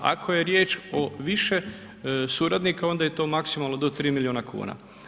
Ako je riječ o više suradnika, onda je to maksimalno do 3 milijuna kuna.